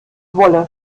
wolle